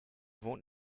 wohnt